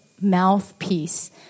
mouthpiece